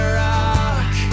rock